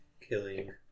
Killing